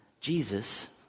Jesus